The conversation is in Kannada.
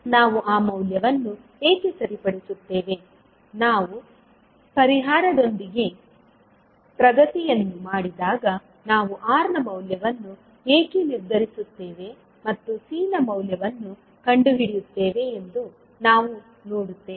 ನಾವು ಆ ಮೌಲ್ಯವನ್ನು ಏಕೆ ಸರಿಪಡಿಸುತ್ತೇವೆ ನಾವು ಪರಿಹಾರದೊಂದಿಗೆ ಪ್ರಗತಿಯನ್ನು ಮಾಡಿದಾಗ ನಾವು R ನ ಮೌಲ್ಯವನ್ನು ಏಕೆ ನಿರ್ಧರಿಸುತ್ತೇವೆ ಮತ್ತು C ನ ಮೌಲ್ಯವನ್ನು ಕಂಡುಹಿಡಿಯುತ್ತೇವೆ ಎಂದು ನಾವು ನೋಡುತ್ತೇವೆ